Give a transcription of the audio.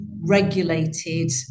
regulated